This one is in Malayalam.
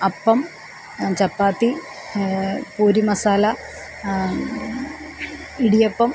അപ്പം ചപ്പാത്തി പൂരി മസാല ഇടിയപ്പം